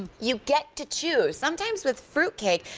you get to choose. sometimes with fruitcake,